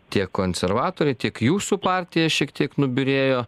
tiek konservatoriai tiek jūsų partija šiek tiek nubyrėjo